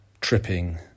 tripping